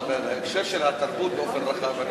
אבל בהקשר של התרבות באופן רחב,